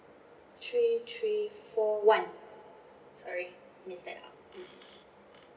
three three four one sorry miss that out